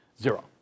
Zero